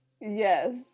Yes